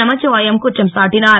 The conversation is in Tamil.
நமச்சிவாயம் குற்றம் சாட்டினுர்